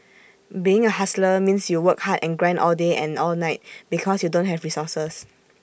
being A hustler means you work hard and grind all day and all night because you don't have resources